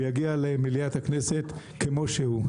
ויגיע למליאת הכנסת כמו שהוא.